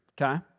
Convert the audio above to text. okay